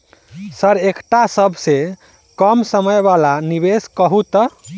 Sir एकटा सबसँ कम समय वला निवेश कहु तऽ?